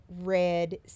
red